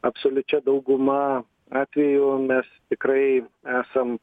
absoliučia dauguma atvejų mes tikrai esam